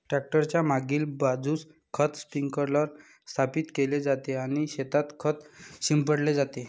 tractor च्या मागील बाजूस खत स्प्रिंकलर स्थापित केले जाते आणि शेतात खत शिंपडले जाते